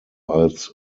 als